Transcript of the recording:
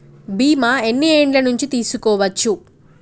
బీమా ఎన్ని ఏండ్ల నుండి తీసుకోవచ్చు?